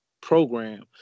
program